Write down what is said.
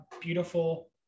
beautiful